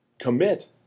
Commit